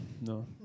no